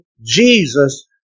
Jesus